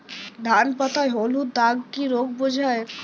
ধান পাতায় হলুদ দাগ কি রোগ বোঝায়?